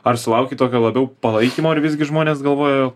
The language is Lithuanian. ar sulaukei tokio labiau palaikymo ar visgi žmonės galvojo